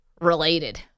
related